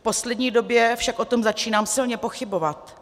V poslední době však o tom začínám silně pochybovat.